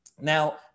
Now